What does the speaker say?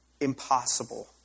impossible